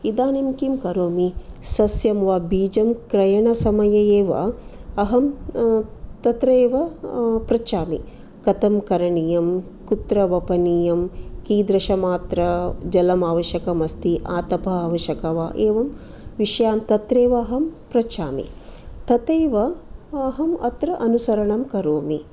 इदानीं किम् करोमि सस्यं वा बीजं क्रयणसमये एव अहं तत्रैव पृच्छामि कथं करणीयं कुत्र वपनीयं कीदृशमात्राजलम् अवश्यकम् अस्ति आतपः अवश्यकः वा एवं विषयान् तत्रेव अहं पृच्छामि तथैव अहं अत्र अनुसरणं करोमि